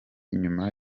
nyuma